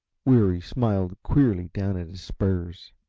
weary smiled queerly down at his spurs.